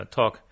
talk